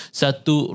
satu